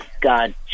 God